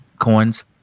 coins